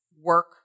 work